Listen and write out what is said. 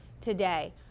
today